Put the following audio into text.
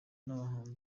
n’abahanzi